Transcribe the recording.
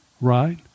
Right